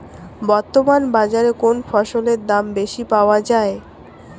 বর্তমান বাজারে কোন ফসলের দাম বেশি পাওয়া য়ায়?